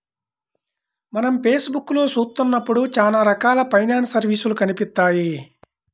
మనం ఫేస్ బుక్కులో చూత్తన్నప్పుడు చానా రకాల ఫైనాన్స్ సర్వీసులు కనిపిత్తాయి